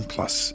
Plus